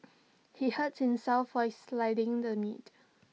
he hurt himself while sliding the meat